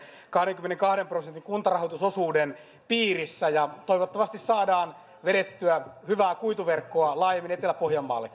kahdenkymmenenkahden prosentin kuntarahoitusosuuden piirissä ja toivottavasti saadaan vedettyä hyvää kuituverkkoa laajemminkin etelä pohjanmaalle